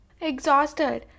Exhausted